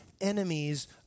enemies